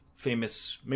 Famous